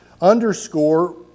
underscore